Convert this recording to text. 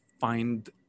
find